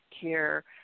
care